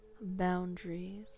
boundaries